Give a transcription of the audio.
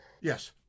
Yes